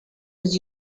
was